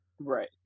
right